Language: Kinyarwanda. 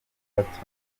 abaturage